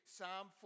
Psalm